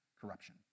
corruption